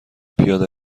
پیاده